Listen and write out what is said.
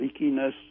leakiness